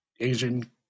Asian